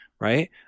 right